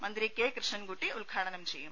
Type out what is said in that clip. മന്തി K Krishnankutty ഉദ്ഘാടനം ചെയ്യും